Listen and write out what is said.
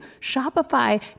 Shopify